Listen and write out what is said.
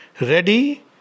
ready